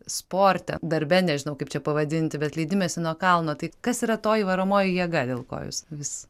sporte darbe nežinau kaip čia pavadinti bet leidimąsi nuo kalno tai kas yra toji varomoji jėga dėl ko jūs vis